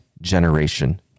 generation